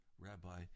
Rabbi